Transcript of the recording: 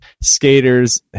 Skaters